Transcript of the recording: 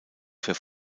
für